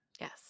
Yes